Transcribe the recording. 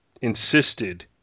insisted